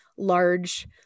large